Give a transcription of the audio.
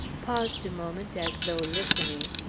paused a moment as though listening,